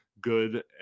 good